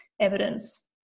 evidence